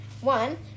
one